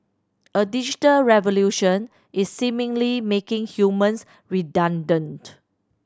a digital revolution is seemingly making humans redundant